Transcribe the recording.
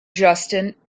justin